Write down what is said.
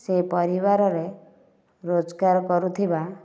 ସେ ପରିବାରରେ ରୋଜଗାର କରୁଥିବା